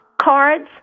cards